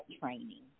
training